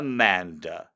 Amanda